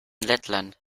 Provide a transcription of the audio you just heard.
lettland